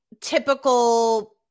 typical